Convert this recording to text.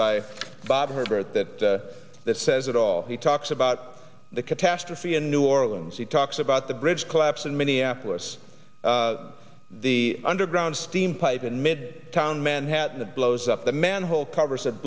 bob herbert that that says it all he talks about the catastrophe in new orleans he talks about the bridge collapse in minneapolis the underground steam pipe in midtown manhattan that blows up the manhole cover